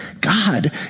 God